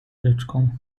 rzeczką